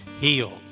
healed